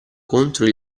contro